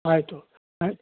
ಆಯಿತು ಆಯ್ತು